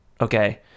okay